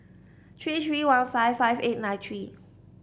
three three one five five eight nine three